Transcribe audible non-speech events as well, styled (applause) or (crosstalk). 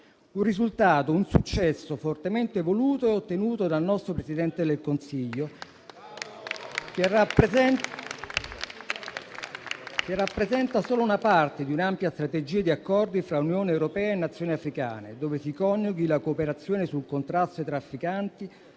un risultato, un successo, fortemente voluto e ottenuto dal nostro Presidente del Consiglio, (applause) che rappresenta solo una parte di un'ampia strategia di accordi tra Unione europea e Nazioni africane, in cui si coniughi la cooperazione sul contrasto ai trafficanti